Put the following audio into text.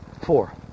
Four